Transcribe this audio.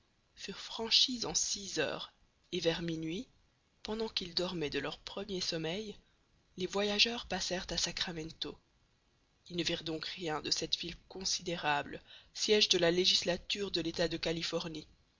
furent franchis en six heures et vers minuit pendant qu'ils dormaient de leur premier sommeil les voyageurs passèrent à sacramento ils ne virent donc rien de cette ville considérable siège de la législature de l'état de californie